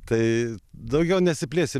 tai daugiau nesiplėsim